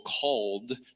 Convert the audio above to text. called